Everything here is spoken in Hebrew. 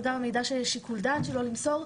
וגם מידע של שיקול דעת שלא למסור.